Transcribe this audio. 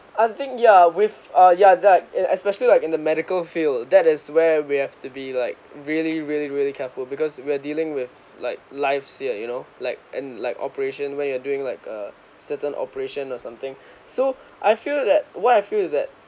I think ya with uh ya that like especially like in the medical field that is where we have to be like really really really careful because we're dealing with like lifes here you know and like operation where you're doing like a certain operation or something so I feel that what I feel is that